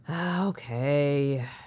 Okay